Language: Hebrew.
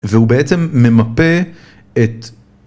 והוא בעצם ממפה את…